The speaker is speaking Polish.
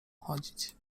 chodzić